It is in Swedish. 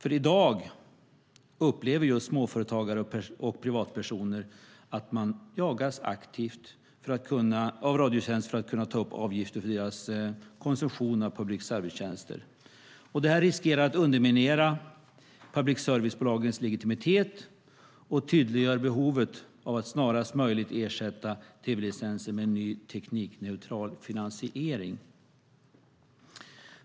I dag upplever just småföretagare och privatpersoner att de jagas aktivt av Radiotjänst som vill kunna ta upp avgifter för deras konsumtion av public service-tjänster. Detta riskerar att underminera public service-bolagens legitimitet och tydliggör behovet av att snarast möjligt ersätta tv-licensen med en ny, teknikneutral finansiering.